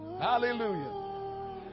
Hallelujah